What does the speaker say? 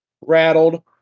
rattled